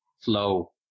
flow